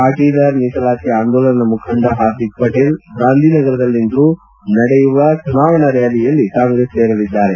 ಪಾಟಧಾರ್ ಮೀಸಲಾತಿ ಆಂದೋಲನ ಮುಖಂಡ ಹಾರ್ದಿಕ್ ಪಟೇಲ್ ಗಾಂಧಿನಗರದಲ್ಲಿಂದು ನಡೆಯುವ ಚುನಾವಣಾ ರ್್ಾಲಿಯಲ್ಲಿ ಕಾಂಗ್ರೆಸ್ ಸೇರಲಿದ್ದಾರೆ